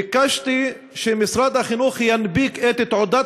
ביקשתי שמשרד החינוך ינפיק את תעודת